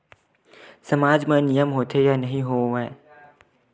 सामाज मा नियम होथे या नहीं हो वाए?